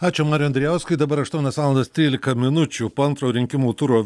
ačiū mariui andrijauskui dabar aštuonios valandos trylika minučių po antrojo rinkimų turo